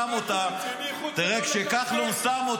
לא אומרים לחברת כנסת: תפסיקי לקרקר.